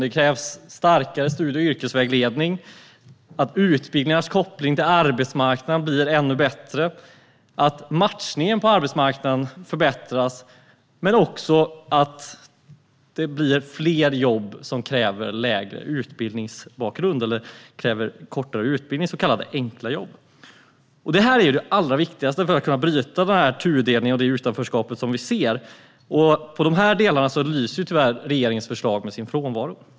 Det krävs starkare studie och yrkesvägledning, att utbildningars koppling till arbetsmarknaden blir ännu bättre, att matchningen på arbetsmarknaden förbättras, men också att det blir fler jobb som kräver lägre utbildningsbakgrund eller kortare utbildning, så kallade enkla jobb. Detta är det allra viktigaste för att kunna bryta den tudelning och det utanförskap som vi ser, men i de här delarna lyser tyvärr regeringens förslag med sin frånvaro.